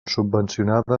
subvencionables